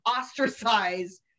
ostracize